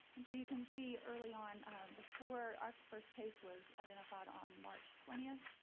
and so you can see early on before our first case was identified on march twenty.